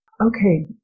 Okay